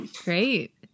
Great